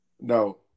No